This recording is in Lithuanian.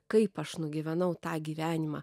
kaip aš nugyvenau tą gyvenimą